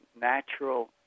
natural